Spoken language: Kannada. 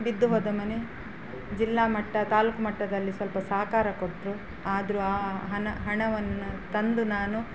ಬಿದ್ದು ಹೋದ ಮನೆ ಜಿಲ್ಲಾ ಮಟ್ಟ ತಾಲೂಕು ಮಟ್ಟದಲ್ಲಿ ಸ್ವಲ್ಪ ಸಹಕಾರ ಕೊಟ್ಟರು ಆದರು ಆ ಹಣ ಹಣವನ್ನು ತಂದು ನಾನು